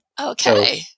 Okay